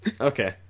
Okay